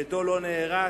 ביתו לא נהרס.